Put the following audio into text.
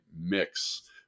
mix